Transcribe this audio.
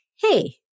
hey